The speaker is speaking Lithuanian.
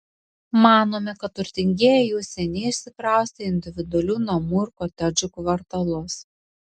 manome kad turtingieji jau seniai išsikraustė į individualių namų ir kotedžų kvartalus